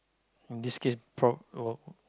in this case prob~ well